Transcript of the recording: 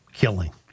killing